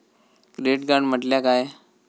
Credit card म्हटल्या काय?